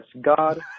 God